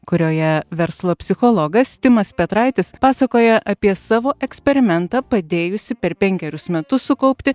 kurioje verslo psichologas timas petraitis pasakoja apie savo eksperimentą padėjusį per penkerius metus sukaupti